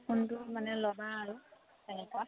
কোনটো মানে ল'বা আৰু তেনেকুৱা